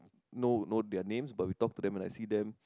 know know their names but we talk to them when I see them